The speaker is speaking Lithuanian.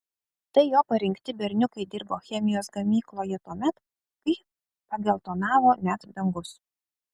tai jo parinkti berniukai dirbo chemijos gamykloje tuomet kai pageltonavo net dangus